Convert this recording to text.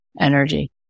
energy